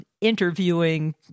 interviewing